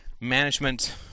management